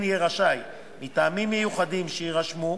אני רוצה לציין,